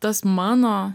tas mano